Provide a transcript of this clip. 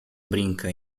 brinca